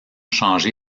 changé